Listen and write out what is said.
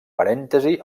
parèntesi